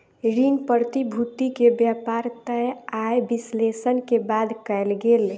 ऋण प्रतिभूति के व्यापार तय आय विश्लेषण के बाद कयल गेल